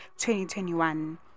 2021